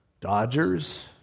Dodgers